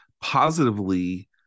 positively